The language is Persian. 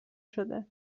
شده